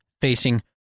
facing